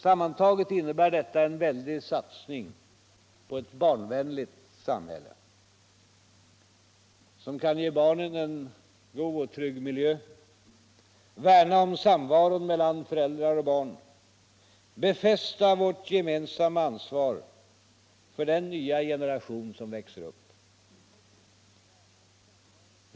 Sammantaget innebär detta en väldig satsning på ett barnvänligt samhälle — som kan ge barnen en god och trygg miljö, värna om samvaron mellan föräldrar och barn, befästa vårt gemensamma ansvar för den nya generation som växer upp.